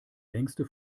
längste